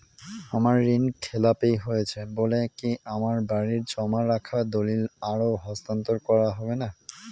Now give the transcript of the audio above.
আমার ঋণ খেলাপি হয়েছে বলে কি আমার বাড়ির জমা রাখা দলিল আর হস্তান্তর করা হবে না?